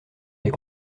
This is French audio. est